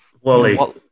Wally